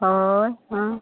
हय आं